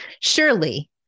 surely